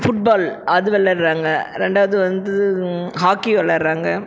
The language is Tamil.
ஃபுட்பால் அது விளாட்றாங்க ரெண்டாவது வந்து ஹாக்கி விளாட்றாங்க